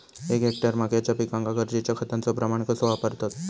एक हेक्टर मक्याच्या पिकांका गरजेच्या खतांचो प्रमाण कसो वापरतत?